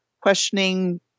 questioning